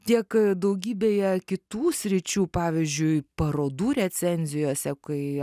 tiek daugybėje kitų sričių pavyzdžiui parodų recenzijose kai